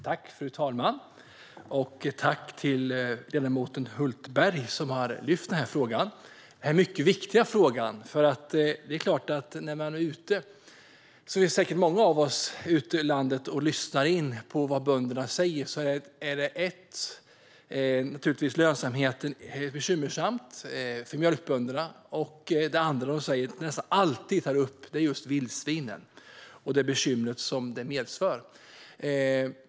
Fru talman! Jag tackar ledamoten Hultberg som har lyft fram denna mycket viktiga fråga. När många av oss är ute och lyssnar på bönderna tar de upp att lönsamheten är bekymmersam för mjölkbönderna. Det andra som de nästan alltid tar upp är just vildsvinen och de bekymmer som de medför.